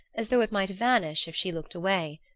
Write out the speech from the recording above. as though it might vanish if she looked away.